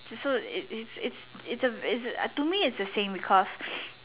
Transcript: so it's it's it's a to me it's the same because